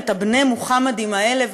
את הבני מוחמדים האלה,